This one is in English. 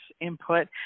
input